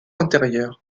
intérieure